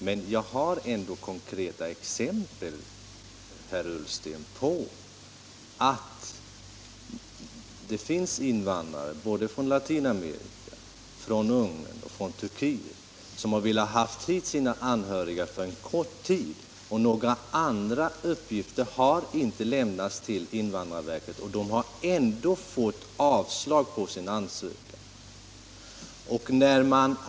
Men jag har ändå konkreta exempel, herr Ullsten, på att det finns invandrare från Latinamerika, från Ungern och från Turkiet, som har velat få hit sina anhöriga för en kort tid men som, trots att några andra uppgifter inte har lämnats till invandrarverket, ändå har fått avslag på sin ansökan.